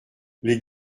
les